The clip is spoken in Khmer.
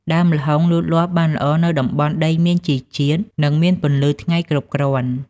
ដើមល្ហុងលូតលាស់បានល្អនៅតំបន់ដីមានជីជាតិ និងមានពន្លឺថ្ងៃគ្រប់គ្រាន់។